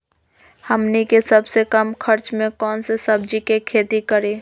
हमनी के सबसे कम खर्च में कौन से सब्जी के खेती करी?